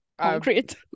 Concrete